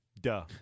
Duh